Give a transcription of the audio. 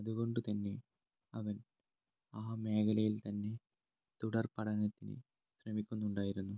അതുകൊണ്ട് തന്നെ അവൻ ആ മേഖലയിൽ തന്നെ തുടർ പഠനത്തിന് ശ്രമിക്കുന്നുണ്ടായിരുന്നു